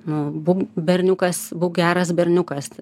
nu būk berniukas būk geras berniukas